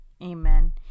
Amen